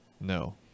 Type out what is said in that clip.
No